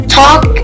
talk